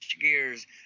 gears